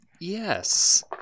Yes